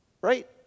Right